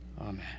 Amen